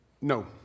No